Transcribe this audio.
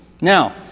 Now